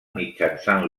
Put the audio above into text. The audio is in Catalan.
mitjançant